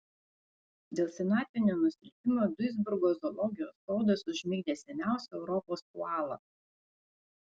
dėl senatvinio nusilpimo duisburgo zoologijos sodas užmigdė seniausią europos koalą